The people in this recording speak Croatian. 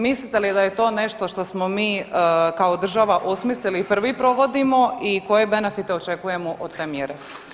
Mislite li da je to nešto što smo kao država osmislili i prvi provodimo i koje benefite očekujemo od te mjere.